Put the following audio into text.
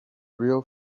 real